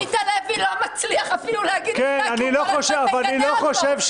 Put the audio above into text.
עמית הלוי לא מצליח אפילו להגיד מילה כי הוא כל הזמן מגנה אותו.